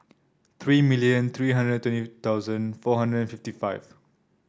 three million three hundred and twenty thousand four hundred and fifty five